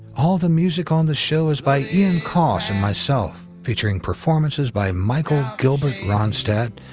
all the music on the show is by ian coss and myself, featuring performances by michael gilbert ronstadt,